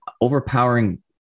overpowering